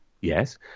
Yes